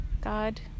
God